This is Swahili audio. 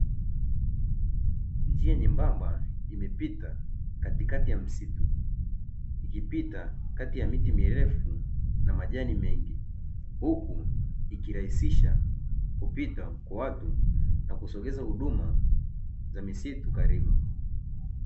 Njia nyembamba imepita katikati ya pita kati ya miti mirefu na majani mengi, huku ikirahisisha kupita kwa watu na kusogeza huduma za misitu karibu.